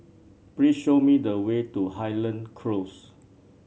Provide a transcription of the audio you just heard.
please show me the way to Highland Close